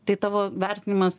tai tavo vertinimas